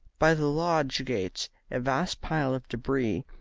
by the lodge gates a vast pile of debris,